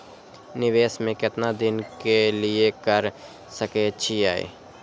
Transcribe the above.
निवेश में केतना दिन के लिए कर सके छीय?